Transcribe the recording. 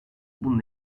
bunun